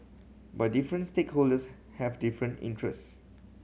but different stakeholders have different interests